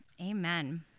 Amen